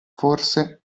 forse